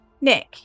nick